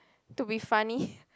to be funny